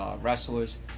Wrestlers